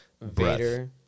Vader